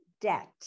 debt